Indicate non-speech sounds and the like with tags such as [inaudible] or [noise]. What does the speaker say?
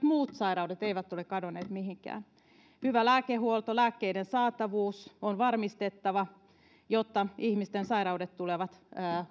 [unintelligible] muut sairaudet eivät ole kadonneet mihinkään hyvä lääkehuolto lääkkeiden saatavuus on varmistettava jotta ihmisten sairaudet tulevat